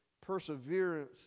Perseverance